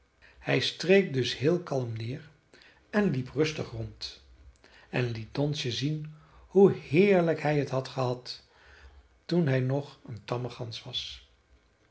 hij streek dus heel kalm neer en liep rustig rond en liet donsje zien hoe heerlijk hij t had gehad toen hij nog een tamme gans was